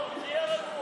תהיה רגוע.